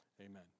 amen